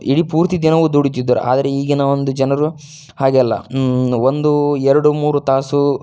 ಇಡೀ ಪೂರ್ತಿ ದಿನವೂ ದುಡಿಯುತ್ತಿದ್ದರು ಆದರೆ ಈಗಿನ ಒಂದು ಜನರು ಹಾಗೆ ಅಲ್ಲ ಒಂದು ಎರಡು ಮೂರು ತಾಸು